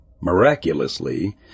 Miraculously